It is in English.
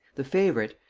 the favorite,